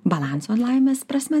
balanso laimės prasme